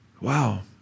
Wow